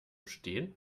stehen